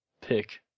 Pick